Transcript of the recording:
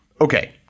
okay